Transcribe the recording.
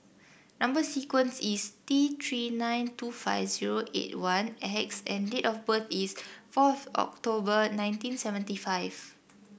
number sequence is T Three nine two five zero eight one X and date of birth is four October nineteen seventy five